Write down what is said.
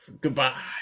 Goodbye